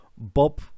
Bob